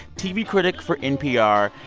tv critic for npr.